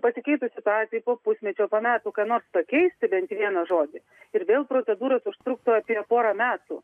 pasikeitus situacijai po pusmečio po metų ką nors pakeisti bent vieną žodį ir vėl procedūros užtruktų apie porą metų